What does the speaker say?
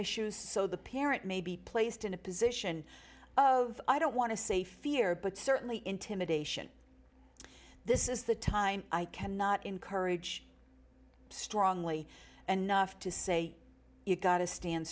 issues so the parent may be placed in a position of i don't want to say fear but certainly intimidation this is the time i cannot encourage strongly enough to say you've got to stand